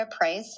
Price